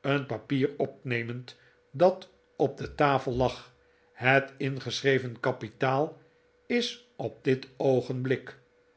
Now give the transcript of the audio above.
een papier opnemend dat op de tafel lag het ingeschreven kapitaal is op dit oogenblik